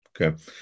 Okay